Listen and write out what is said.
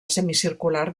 semicircular